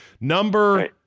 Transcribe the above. Number